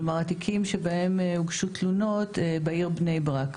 כלומר התיקים שבהם הוגשו תלונות בעיר בני ברק.